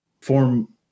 form